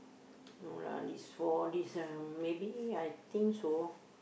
no lah is for this uh maybe I think so